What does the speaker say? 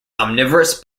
omnivorous